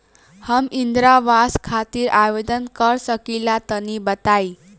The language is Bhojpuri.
हम इंद्रा आवास खातिर आवेदन कर सकिला तनि बताई?